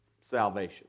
salvation